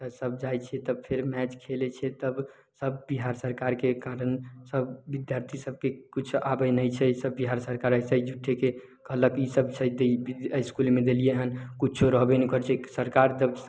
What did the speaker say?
तऽ सब जाइ छियै तब फेर मैच खेलै छियै तब सब बिहार सरकारके कारण सब बिद्यार्थी सबके किछु आबय नहि छै सब बिहार सरकार झुट्ठेके हालाँकि ई सब एहि इसकुलमे देलियै हन किछो रहबे नहि करतै तऽ सरकार सब